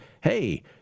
hey